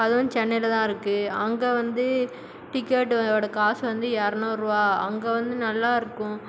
அதுவும் சென்னையில் தான் இருக்குது அங்கே வந்து டிக்கெட்டோட காசு வந்து இரநூறு ரூபா அங்கே வந்து நல்லாயிருக்கும்